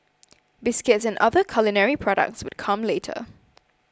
biscuits and other culinary products would come later